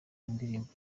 indirimbo